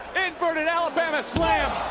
inverted alabama slam,